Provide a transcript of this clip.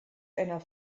einer